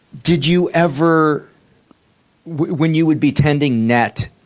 did you ever when you would be tending net